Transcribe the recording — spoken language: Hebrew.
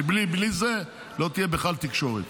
כי בלי זה לא תהיה בכלל תקשורת.